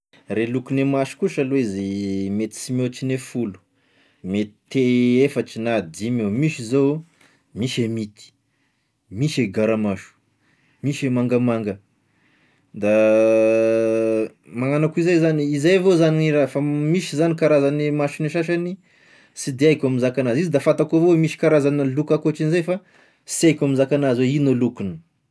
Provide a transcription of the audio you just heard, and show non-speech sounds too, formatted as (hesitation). Re lokone maso kosa aloha izy, mety tsy mihoatrigne folo, mety (hesitation) efatry na dimy eo, misy zao, misy e minty, misy e gara maso, misy e mangamanga, da (hesitation) magnano akoa zay zany, izay avao zany ny raha, misy zany karazagne masogne sasagny sy de aiko mizaka an'azy, izy da fantanko avao oe misy karazagna loko ankoatran'izay fa sy aiko mizaka anazy hoe ino e lokony.